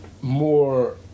more